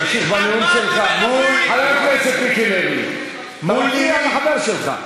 אדוני, אתה רואה שזמנך תם ואני מאפשר לך.